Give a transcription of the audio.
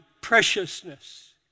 preciousness